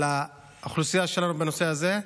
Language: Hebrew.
לאוכלוסייה שלנו בנושא הזה.